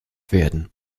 werden